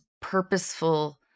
purposeful